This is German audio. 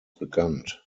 bekannt